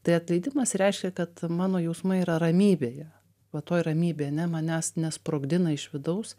tai atleidimas reiškia kad mano jausmai yra ramybėje o toji ramybė ne manęs nesprogdina iš vidaus